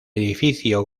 edificio